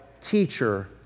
teacher